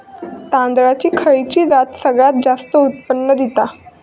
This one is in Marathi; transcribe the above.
तांदळाची खयची जात सगळयात जास्त उत्पन्न दिता?